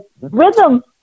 rhythm